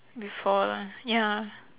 before ya